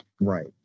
Right